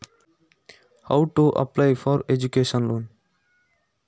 Education ಲೋನಿಗೆ ಅರ್ಜಿ ಕೊಡೂದು ಹೇಗೆ?